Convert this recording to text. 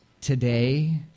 Today